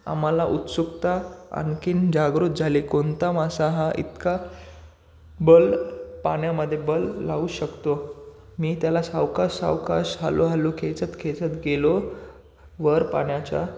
आम्हाला उत्सुकता आणखीन जागृत झाली कोणता मासा हा इतका बल पाण्यामध्ये बल लावू शकतो मी त्याला सावकाश सावकाश हळूहळू खेचत खेचत गेलो वर पाण्याच्या